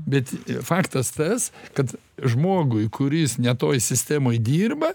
bet faktas tas kad žmogui kuris ne toj sistemoj dirba